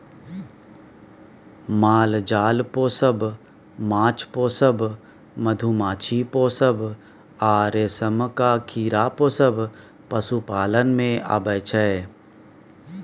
माल जाल पोसब, माछ पोसब, मधुमाछी पोसब आ रेशमक कीरा पोसब पशुपालन मे अबै छै